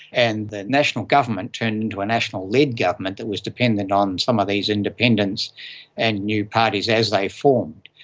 and the national government turned into a national led government that was dependent on some of these independents and new parties as they formed.